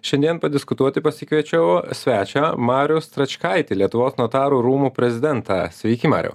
šiandien padiskutuoti pasikviečiau svečią marių stračkaitį lietuvos notarų rūmų prezidentą sveiki mariau